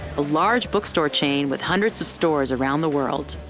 a large bookstore chain with hundreds of stores around the world.